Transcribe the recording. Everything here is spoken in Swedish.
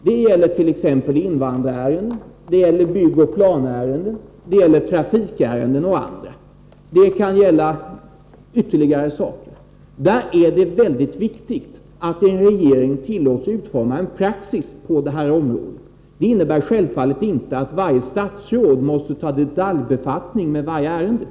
Det gäller t.ex. invandrarärenden, byggoch planärenden, trafikärenden, och det kan gälla ytterligare saker. Där är det mycket viktigt att en regering tillåts utforma en praxis på området. Det innebär självfallet inte att varje statsråd måste ta detaljbefattning med varje ärende.